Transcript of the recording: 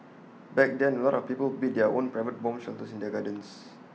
back then A lot of people built their own private bomb shelters in their gardens